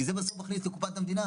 כי זה מכניס לקופת המדינה,